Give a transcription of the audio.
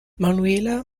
manuela